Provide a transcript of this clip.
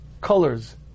colors